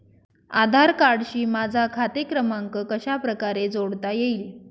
आधार कार्डशी माझा खाते क्रमांक कशाप्रकारे जोडता येईल?